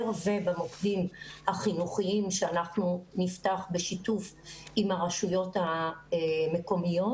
ובמוקדים החינוכיים שאנחנו נפתח בשיתוף עם הרשויות המקומיות,